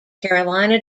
carolina